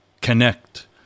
connect